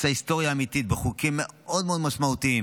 הוא עושה היסטוריה אמיתית בחוקים מאוד מאוד משמעותיים